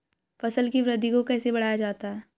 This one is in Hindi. फसल की वृद्धि को कैसे बढ़ाया जाता हैं?